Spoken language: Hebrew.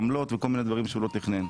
עמלות וכל מיני דברים שהוא לא תכנן.